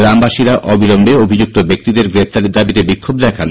গ্রামবাসীরা অবিলম্বে অভিযুক্ত ব্যক্তিদের গ্রেপ্তারের দাবিতে বিক্ষোভ দেখান